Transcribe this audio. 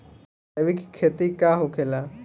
जैविक खेती का होखेला?